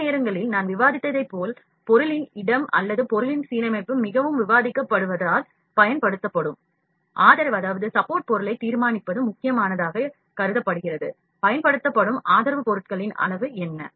சில நேரங்களில் நான் விவாதித்ததைப் போல பொருளின் இடம் அல்லது பொருளின் சீரமைப்பு மிகவும் விவாதிக்கப்படுவதால் பயன்படுத்தப்படும் ஆதரவு பொருளை தீர்மானிப்பது முக்கியமானதாக கருதப்படுகிறது பயன்படுத்தப்படும் ஆதரவு பொருட்களின் அளவு என்ன